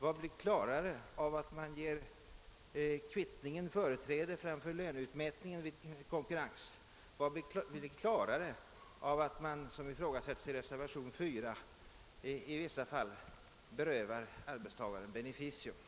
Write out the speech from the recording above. Vad blir klarare av att man ger kvittningen företräde framför löneutmätningen vid konkurrens? Blir det klarare av att man, såsom ifrågasätts i reservation 4, i vissa fall berövar arbetstagaren beneficium?